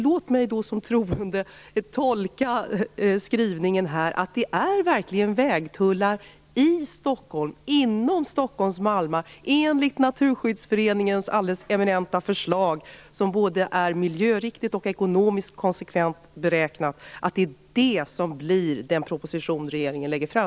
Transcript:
Låt mig som "troende" tolka skrivningen så att det verkligen är vägtullar i Stockholm, inom Stockholms malmar, enligt Naturskyddsföreningens alldeles eminenta förslag, som blir den proposition regeringen lägger fram. Det är både miljöriktigt och ekonomiskt konsekvent beräknat.